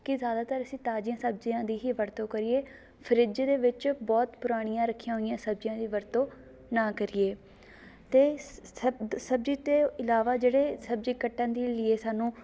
ਕਿ ਜ਼ਿਆਦਾਤਰ ਅਸੀਂ ਤਾਜ਼ੀਆਂ ਸਬਜ਼ੀਆਂ ਦੀ ਹੀ ਵਰਤੋਂ ਕਰੀਏ ਫਰਿੱਜ਼ ਦੇ ਵਿੱਚ ਬਹੁਤ ਪੁਰਾਣੀਆਂ ਰੱਖੀਆਂ ਹੋਈਆਂ ਸਬਜ਼ੀਆਂ ਦੀ ਵਰਤੋਂ ਨਾ ਕਰੀਏ ਅਤੇ ਸ ਸਬਜ਼ੀ ਤੋਂ ਇਲਾਵਾ ਜਿਹੜੇ ਸਬਜ਼ੀ ਕੱਟਣ ਦੇ ਲੀਏ ਸਾਨੂੰ